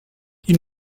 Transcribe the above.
ils